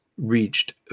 Reached